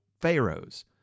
pharaohs